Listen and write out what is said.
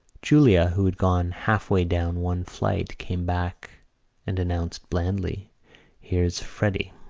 julia, who had gone half way down one flight, came back and announced blandly here's freddy.